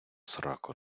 сраку